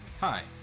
Hi